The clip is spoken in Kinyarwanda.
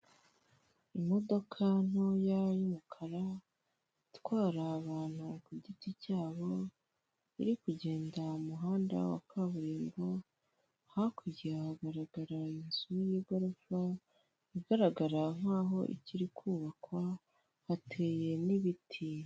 Imodoka ntoya y'umukara itwara abantu ku giti cyabo iri kugenda mu handa wa kaburimbo, hakurya hagaragara inzu y'igorofa igaragara nkaho ikiri kubakwa hateye n'ibiti.